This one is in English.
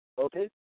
okay